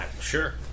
sure